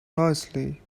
noisily